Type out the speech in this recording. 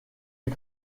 est